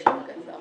הצבעה בעד,